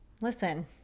listen